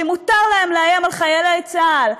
שמותר להם לאיים על חיילי צה"ל,